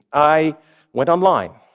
i went online,